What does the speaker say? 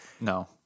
No